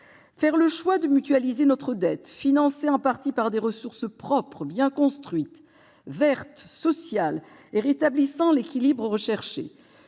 Faire le choix de mutualiser notre dette, financée en partie par des ressources propres, bien construites, vertes, sociales et rétablissant l'équilibre recherché.